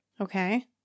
Okay